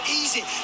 easy